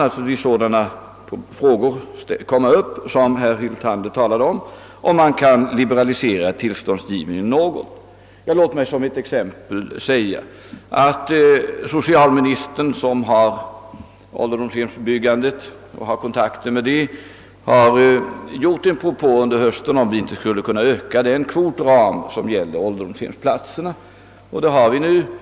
Naturligtvis kan i detta sammanhang också den fråga uppkomma som herr Hyltander berörde, nämligen om inte tillståndsgivningen kan liberaliseras något. Jag kan där som exempel nämna att socialministern, som har kontakter med byggandet av ålderdomshem, under hösten har gjort en propå om att öka ut kvoten av ålderdomshemsplatser.